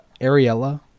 Ariella